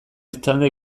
etzanda